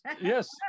Yes